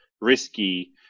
risky